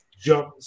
jump